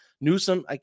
Newsom